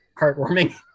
heartwarming